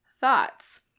thoughts